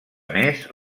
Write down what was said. més